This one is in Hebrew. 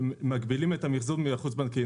מגבילים את המחזור מהחוץ בנקאי.